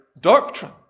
doctrine